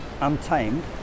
Untamed